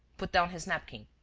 put down his napkin,